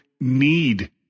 need